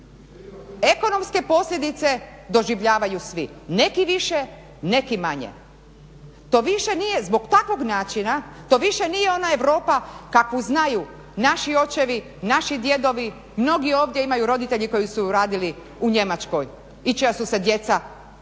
Ekonomske posljedice doživljavaju svi, neki više, neki manje. To više nije, zbog takvog načina to više nije ona Europa kakvu znaju naši očevi, naši djedovi. Mnogi ovdje imaju roditelje koji su radili u Njemačkoj i čija su se djeca